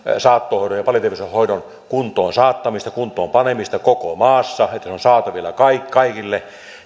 saattohoidon ja palliatiivisen hoidon kuntoon saattamista kuntoon panemista koko maassa että se on saatavilla kaikille